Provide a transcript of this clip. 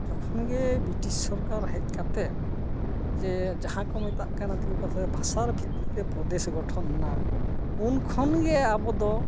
ᱡᱚᱠᱷᱚᱱ ᱜᱮ ᱵᱨᱤᱴᱤᱥ ᱥᱚᱨᱠᱟᱨ ᱦᱮᱡ ᱠᱟᱛᱮᱫ ᱡᱮ ᱡᱟᱦᱟᱸ ᱠᱚ ᱢᱮᱛᱟᱜ ᱠᱟᱱᱟ ᱫᱤᱠᱩ ᱠᱟᱛᱷᱟ ᱛᱮ ᱵᱷᱟᱥᱟᱨ ᱵᱷᱤᱛᱛᱤ ᱛᱮ ᱯᱨᱚᱫᱮᱥ ᱜᱚᱴᱷᱚᱱᱮᱱᱟ ᱩᱱ ᱠᱷᱚᱱ ᱜᱮ ᱟᱵᱚ ᱫᱚ